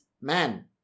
man